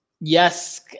Yes